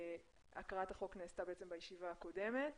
הקראת החוק נעשתה בישיבה הקודמת.